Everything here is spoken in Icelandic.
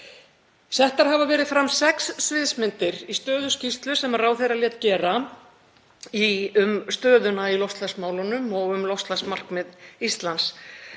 Settar hafa verið fram sex sviðsmyndir í stöðuskýrslu sem ráðherra lét gera um stöðuna í loftslagsmálunum og um loftslagsmarkmið Íslands.